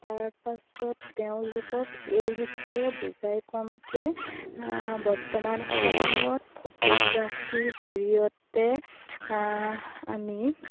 তাৰ পাছত তেওঁলোকক এই বিষয়ে বুজাই ক'ম যে বৰ্তমান সময়ত ফটোগ্ৰাফীৰ জৰিয়তে আমি